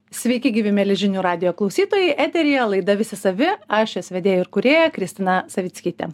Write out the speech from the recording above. sveiki gyvi mieli žinių radijo klausytojai eteryje laida visi savi aš jos vedėja ir kūrėja kristina savickytė